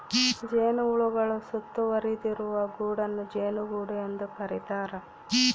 ಜೇನುಹುಳುಗಳು ಸುತ್ತುವರಿದಿರುವ ಗೂಡನ್ನು ಜೇನುಗೂಡು ಎಂದು ಕರೀತಾರ